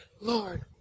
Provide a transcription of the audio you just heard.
Lord